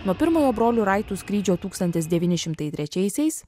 nuo pirmojo brolių raitų skrydžio tūkstantis devyni šimtai trečiaisiais